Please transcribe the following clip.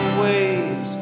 ways